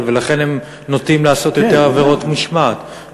ולכן הם נוטים לעשות יותר עבירות משמעת,